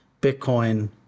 Bitcoin